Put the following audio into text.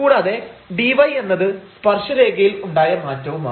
കൂടാതെ dy എന്നത് സ്പർശരേഖയിൽ ഉണ്ടായ മാറ്റവുമാണ്